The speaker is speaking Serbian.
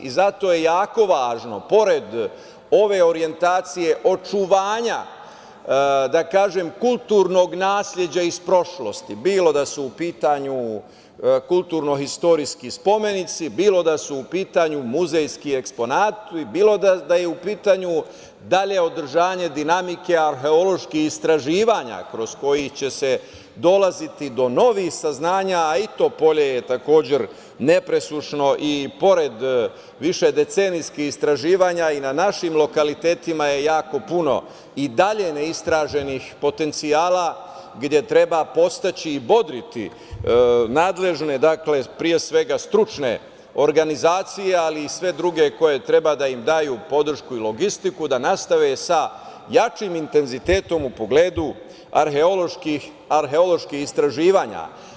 Zato je jako važno, pored ove orijentacije očuvanja, da kažem, kulturnog nasleđa iz prošlosti, bilo da su u pitanju kulturno-istorijski spomenici, bilo da su u pitanju muzejski eksponati, bilo da je u pitanju dalje održanje dinamike arheoloških istraživanja kroz koji će se dolaziti do novih saznanja, i to polje je takođe nepresušno i pored višedecenijskih istraživanja, i na našim lokalitetima je jako puno i dalje ne istraženih potencijala gde treba podstaći i bodriti nadležne, pre svega stručne organizacije, ali i sve druge koje treba da im daju podršku i logistiku da nastave sa jačim intenzitetom u pogledu arheoloških istraživanja.